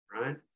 right